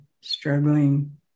struggling